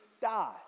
die